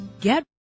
get